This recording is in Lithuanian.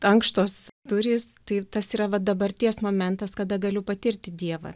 ankštos durys tai tas yra vat dabarties momentas kada galiu patirti dievą